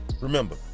Remember